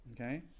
Okay